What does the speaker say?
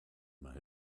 might